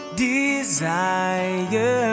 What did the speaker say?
desire